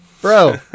Bro